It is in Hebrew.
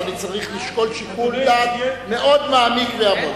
אז אני צריך לשקול שיקול דעת מאוד מעמיק ועמוק.